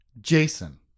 Jason